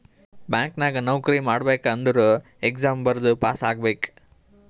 bank ನಾಗ್ ನೌಕರಿ ಮಾಡ್ಬೇಕ ಅಂದುರ್ ಎಕ್ಸಾಮ್ ಬರ್ದು ಪಾಸ್ ಆಗ್ಬೇಕ್